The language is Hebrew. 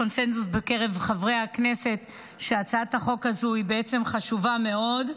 יש פה קונסנזוס בקרב חברי הכנסת שהצעת החוק הזו היא בעצם חשובה מאוד.